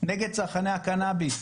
נגד צרכני הקנאביס,